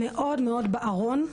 מאוד בארון,